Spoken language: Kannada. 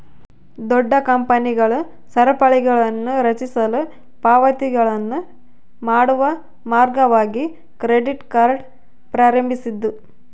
ದೊಡ್ಡ ಕಂಪನಿಗಳು ಸರಪಳಿಗಳನ್ನುರಚಿಸಲು ಪಾವತಿಗಳನ್ನು ಮಾಡುವ ಮಾರ್ಗವಾಗಿ ಕ್ರೆಡಿಟ್ ಕಾರ್ಡ್ ಪ್ರಾರಂಭಿಸಿದ್ವು